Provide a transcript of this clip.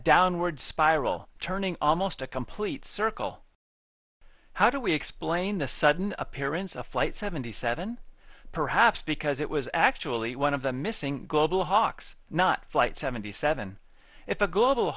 downward spiral turning almost a complete circle how do we explain the sudden appearance of flight seventy seven perhaps because it was actually one of the missing global hawks not flight seventy seven if a global